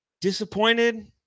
Disappointed